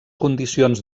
condicions